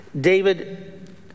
David